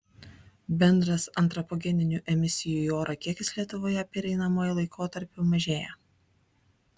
bendras antropogeninių emisijų į orą kiekis lietuvoje pereinamuoju laikotarpiu mažėja